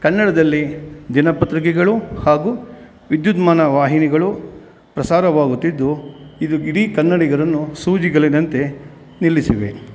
ಕನ್ನಡದಲ್ಲಿ ದಿನಪತ್ರಿಕೆಗಳು ಹಾಗೂ ವಿದ್ಯುನ್ಮಾನ ವಾಹಿನಿಗಳು ಪ್ರಸಾರವಾಗುತ್ತಿದ್ದು ಇದು ಇಡೀ ಕನ್ನಡಿಗರನ್ನು ಸೂಜಿಗಲ್ಲಿನಂತೆ ನಿಲ್ಲಿಸಿವೆ